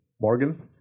Morgan